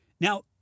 Now